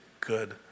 good